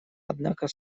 однако